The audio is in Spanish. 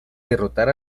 derrotar